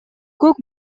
көк